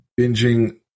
binging